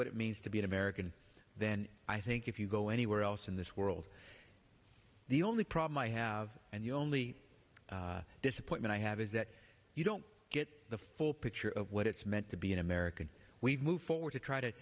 what it means to be an american then i think if you go anywhere else in this world the only problem i have and the only disappointment i have is that you don't get the full picture of what it's meant to be an american we've moved forward to try to